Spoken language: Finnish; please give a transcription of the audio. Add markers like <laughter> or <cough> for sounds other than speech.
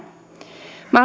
minä <unintelligible>